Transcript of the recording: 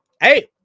Hey